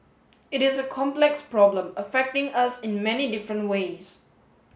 it is a complex problem affecting us in many different ways